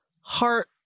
heart